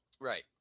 Right